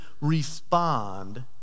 respond